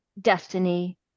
destiny